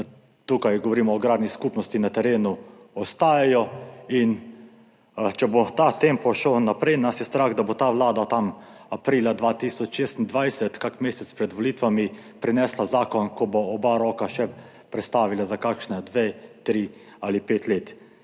tukaj govorimo o agrarni skupnosti – na terenu ostajajo, in če bo ta tempo šel naprej, nas je strah, da bo ta vlada tam aprila 2026, kakšen mesec pred volitvami, prinesla zakon, ko bo oba roka še prestavila za kakšni dve, tri ali pet let,